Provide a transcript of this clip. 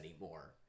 anymore